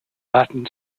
latin